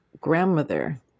grandmother